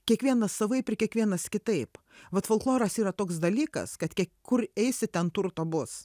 kiekvienas savaip ir kiekvienas kitaip vat folkloras yra toks dalykas kad kiek kur eisi ten turto bus